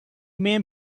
man